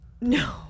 no